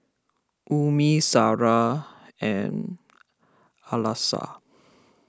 Ummi Sarah and Alyssa